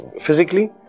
Physically